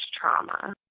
trauma